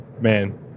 man